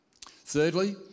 Thirdly